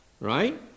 right